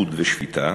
ייחוד ושפיטה",